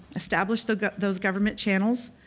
establish those those government channels,